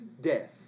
death